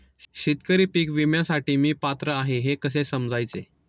शेतकरी पीक विम्यासाठी मी पात्र आहे हे कसे समजायचे?